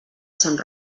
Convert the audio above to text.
sant